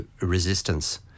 resistance